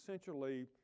essentially